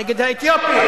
נגד האתיופים.